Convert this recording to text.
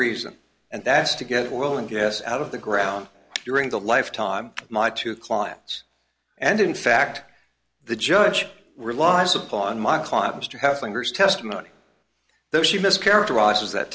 reason and that is to get oil and gas out of the ground during the lifetime of my two clients and in fact the judge relies upon my client mr house lingers testimony though she missed characterizes that